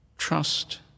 trust